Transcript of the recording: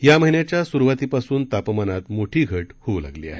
या महिन्याच्या सुरवातीपासून तापमानात मोठी घट होऊ लागली आहे